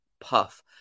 puff